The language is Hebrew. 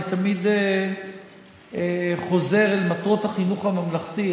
אני תמיד חוזר אל מטרות החינוך הממלכתי.